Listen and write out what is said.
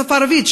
בשפה הערבית,